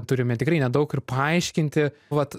turime tikrai nedaug ir paaiškinti vat